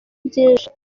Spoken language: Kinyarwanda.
byinshi